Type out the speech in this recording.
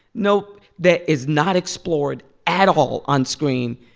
nope. that is not explored at all on screen.